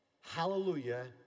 Hallelujah